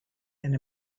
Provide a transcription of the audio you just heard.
and